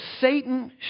Satan